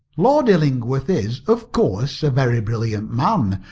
lord illingworth is, of course, a very brilliant man,